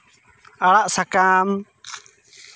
ᱟᱲᱟᱜ ᱥᱟᱠᱟᱢ